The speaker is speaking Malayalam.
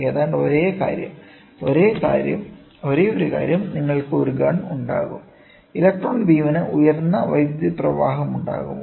ഏതാണ്ട് ഒരേ കാര്യം ഒരേയൊരു കാര്യം നിങ്ങൾക്ക് ഒരു ഗൺ ഉണ്ടാകും ഇലക്ട്രോൺ ബീമിന് ഉയർന്ന വൈദ്യുത പ്രവാഹമുണ്ടാകുമോ